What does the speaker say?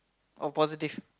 or positive